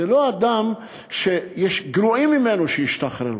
ויש גרועים ממנו שהשתחררו.